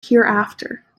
hereafter